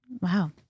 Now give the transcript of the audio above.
Wow